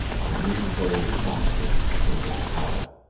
i mean those bastards in the tower.